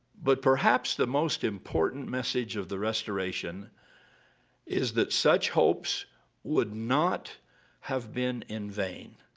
but perhaps the most important message of the restoration is that such hopes would not have been in vain.